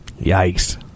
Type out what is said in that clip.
Yikes